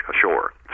ashore